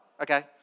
okay